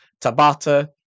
Tabata